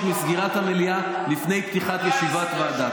מסגירת המליאה לפני פתיחת ישיבת ועדה.